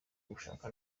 ugushaka